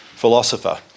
philosopher